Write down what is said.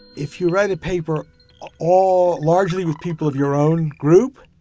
if you write a paper all largely with people of your own group,